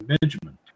Benjamin